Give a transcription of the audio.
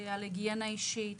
על היגיינה אישית,